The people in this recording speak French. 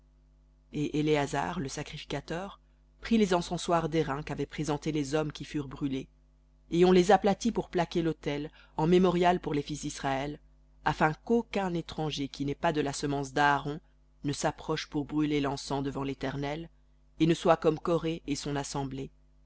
et éléazar le sacrificateur prit les encensoirs d'airain qu'avaient présentés les qui furent brûlés et on les aplatit pour plaquer lautel en mémorial pour les fils d'israël afin qu'aucun étranger qui n'est pas de la semence d'aaron ne s'approche pour brûler l'encens devant l'éternel et ne soit comme coré et son assemblée